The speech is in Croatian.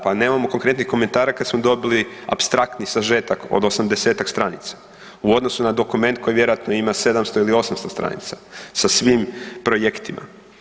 Pa nemamo konkretnih komentara kad smo dobili apstraktni sažetak od 80-tak stranica u odnosu na dokument koji vjerojatno ima 700 ili 800 stranica sa svim projektima.